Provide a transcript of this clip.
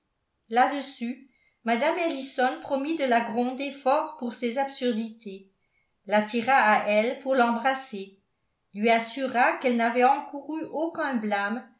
là-dessus mme ellison promit de la gronder fort pour ces absurdités l'attira à elle pour l'embrasser lui assura qu'elle n'avait encouru aucun blâme